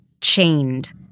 chained